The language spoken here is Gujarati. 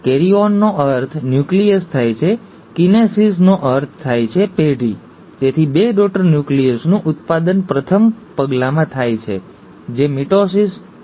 કેરિઓન નો અર્થ ન્યુક્લિયસ થાય છે કિનેસિસ નો અર્થ થાય છે પેઢી તેથી બે ડૉટર ન્યુક્લિયસનું ઉત્પાદન પ્રથમ પગલામાં થાય છે જે મિટોસિસ છે